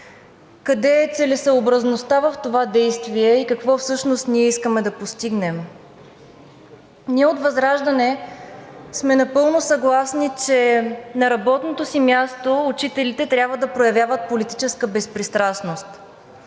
къде е целесъобразността в това действие и какво всъщност ние искаме да постигнем? Ние от ВЪЗРАЖДАНЕ сме напълно съгласни, че на работното си място учителите трябва да проявяват политическа безпристрастност,